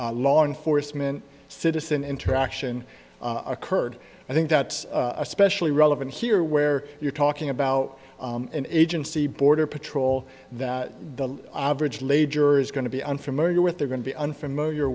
law enforcement citizen interaction occurred i think that's especially relevant here where you're talking about an agency border patrol that the average lay juror is going to be unfamiliar with they're going to be unfamiliar